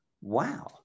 wow